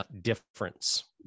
Difference